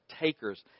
takers